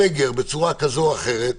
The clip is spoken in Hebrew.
הסגר בצורה כזאת או אחרת,